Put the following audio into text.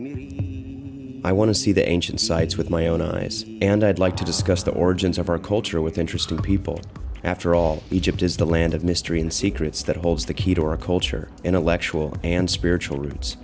destination i want to see the ancient sites with my own eyes and i'd like to discuss the origins of our culture with interesting people after all egypt is the land of mystery and secrets that holds the key to our culture intellectual and spiritual roots